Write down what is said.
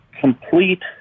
complete